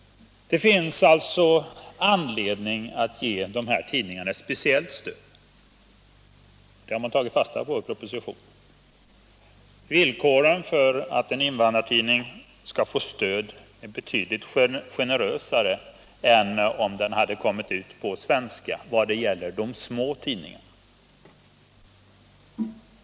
Det finns alltså anledning att ge invandrartidningarna ett speciellt stöd, och det har man tagit fasta på i propositionen. Villkoren för att en invandrartidning skall få stöd är betydligt generösare än om den hade kommit ut på svenska i vad gäller de små tidningarna.